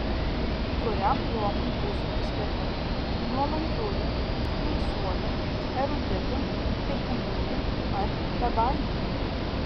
kuriam luomui būsiu priskirta nuolankiųjų teisuolių eruditų taikingųjų ar bebaimių